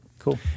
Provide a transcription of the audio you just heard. Cool